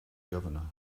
governor